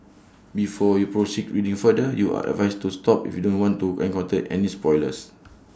before you proceed reading further you are advised to stop if you don't want to encounter any spoilers